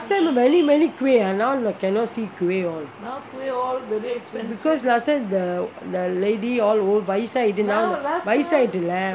last time many many kuih ah now I cannot see kuih all because last time the lady all வயசாயிட்டு வயசாயிட்டுலே:vayasayittu vayasayittulae